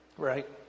Right